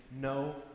no